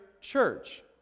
church